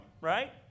right